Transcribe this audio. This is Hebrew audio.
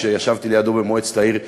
כשישבתי לידו במועצת העיר ירושלים.